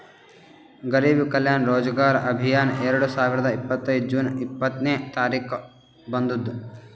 ಗರಿಬ್ ಕಲ್ಯಾಣ ರೋಜಗಾರ್ ಅಭಿಯಾನ್ ಎರಡು ಸಾವಿರದ ಇಪ್ಪತ್ತ್ ಜೂನ್ ಇಪ್ಪತ್ನೆ ತಾರಿಕ್ಗ ಬಂದುದ್